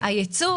הייצוא